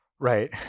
right